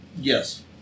Yes